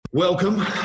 Welcome